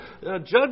judge